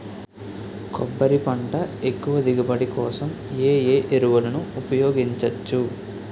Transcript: కొబ్బరి పంట ఎక్కువ దిగుబడి కోసం ఏ ఏ ఎరువులను ఉపయోగించచ్చు?